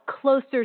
closer